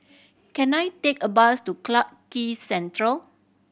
can I take a bus to Clarke Quay Central